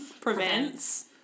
prevents